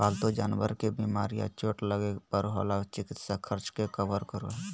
पालतू जानवर के बीमार या चोट लगय पर होल चिकित्सा खर्च के कवर करो हइ